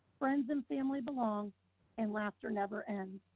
friends and family belong and laughter never ends.